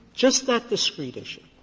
just that discrete issue